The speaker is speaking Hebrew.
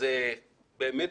באמת